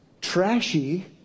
trashy